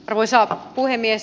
arvoisa puhemies